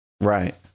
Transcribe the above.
Right